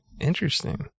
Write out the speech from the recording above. interesting